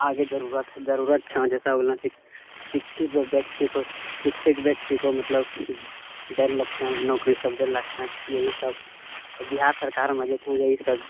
आगे जरूरत हइ आगे जरूरत छऽ जइसे हो गेलऽ शिक्षित व्यक्तिके शिक्षित व्यक्ति को मतलब देर लगतै नौकरी सब देर लगतै यही सब बिहार सरकारमे जे छऽ इएहसब